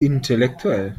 intellektuell